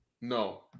No